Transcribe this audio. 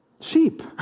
sheep